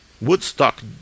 Woodstock